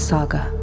Saga